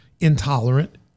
intolerant